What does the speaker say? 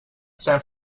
san